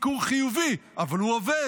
סיקור חיובי, אבל הוא עובד.